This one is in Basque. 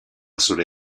zure